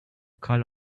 call